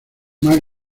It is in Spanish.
mal